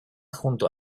junto